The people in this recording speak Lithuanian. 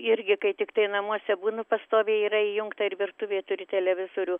irgi kai tiktai namuose būnu pastoviai yra įjungta ir virtuvėj turiu televizorių